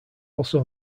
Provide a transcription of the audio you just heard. also